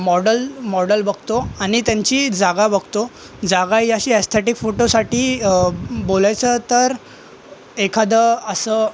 model model बघतो आणि त्यांची जागा बघतो जागा ही अशी अस्थेटीक फोटोसाठी बोलायचं तर एखादं असं